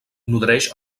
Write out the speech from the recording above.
nodreix